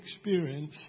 experience